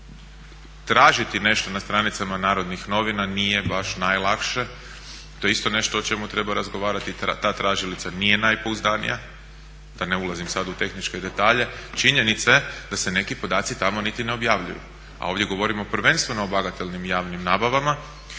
tražiti nešto na stranicama Narodnih novina nije baš najlakše. To je isto nešto o čemu treba razgovarati. Ta tražilica nije najpouzdanija, da ne ulazim sad u tehničke detalje. Činjenica je da se neki podaci tamo niti ne objavljuju, a ovdje govorimo prvenstveno o bagatelnim javnim nabavama